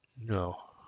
no